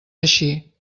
així